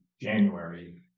January